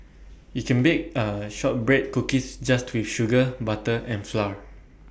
you can bake A Shortbread Cookies just with sugar butter and flour